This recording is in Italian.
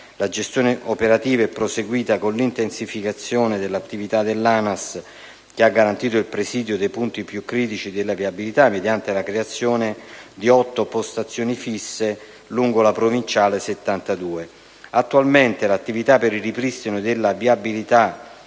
la gestione operativa è proseguita con l'intensificazione dell'attività di ANAS che ha garantito il presidio dei punti più critici della viabilità mediante la creazione di otto postazioni fisse lungo la strada provinciale 72. Attualmente, l'attività per il ripristino della viabilità